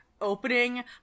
opening